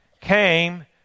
came